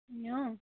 ए अँ